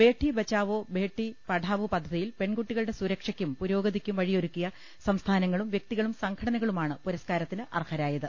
ബേഠി ബചാവോ ബേഠി പഠാവോ പദ്ധതിയിൽ പെൺകുട്ടി കളുടെ സുരക്ഷക്കും പുരോഗതിക്കും വഴിയൊരുക്കിയ സംസ്ഥാ നങ്ങളും വൃക്തികളും സംഘടനകളുമാണ് പുരസ്കാരത്തിന് അർഹരായത്